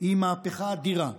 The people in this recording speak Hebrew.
היא מהפכה אדירה,